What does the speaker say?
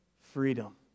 Freedom